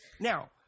Now